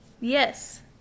Yes